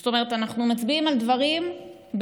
זאת אומרת, אנחנו מצביעים על דברים בדיעבד.